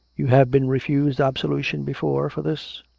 you have been refused absolution before for this?